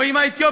או אם האתיופים,